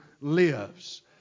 lives